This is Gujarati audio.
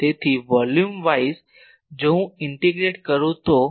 તેથી વોલ્યુમ વાઈઝ જો હું ઇન્ટિગ્રેટ કરું તો હું I